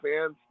fans